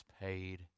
paid